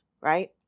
right